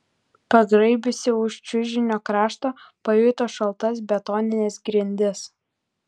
pagraibiusi už čiužinio krašto pajuto šaltas betonines grindis